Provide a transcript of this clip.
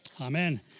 Amen